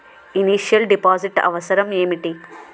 Initial deposit అవసరం ఏమిటి?